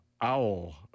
Owl